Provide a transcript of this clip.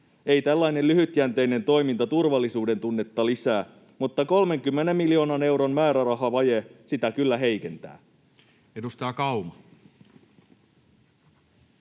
Ei tällainen lyhytjänteinen toiminta turvallisuudentunnetta lisää, mutta 30 miljoonan euron määrärahavaje sitä kyllä heikentää. [Speech 94]